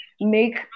make